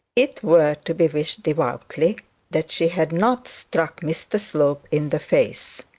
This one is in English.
it were to be wished devoutly that she had not struck mr slope in the face.